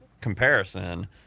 comparison